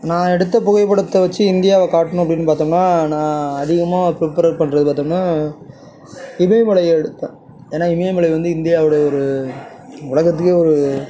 நான் எடுத்த புகைப்படத்தை வச்சு இந்தியாவை காட்டணும் அப்படின்னு பார்த்தோம்ன்னா நான் அதிகமாக பிரிப்பேர் பண்ணுறது பார்த்தோம்ன்னா இமயமலையை எடுப்பேன் ஏன்னா இமயமலை வந்து இந்தியாவோட ஒரு உலகத்துல ஒரு